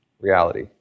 reality